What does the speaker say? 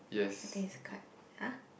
I think is cut !huh!